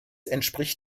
entspricht